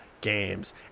games